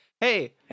Hey